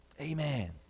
Amen